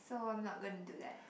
so I'm not gonna do that